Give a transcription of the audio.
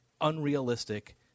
unrealistic